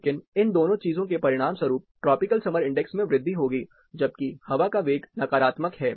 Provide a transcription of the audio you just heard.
लेकिन इन दोनों चीजों के परिणामस्वरूप ट्रॉपिकल समर इंडेक्स में वृद्धि होगी जबकि हवा का वेग नकारात्मक है